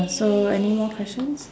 so anymore questions